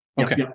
Okay